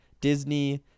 Disney